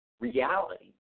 reality